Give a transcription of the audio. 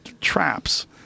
traps